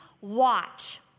watch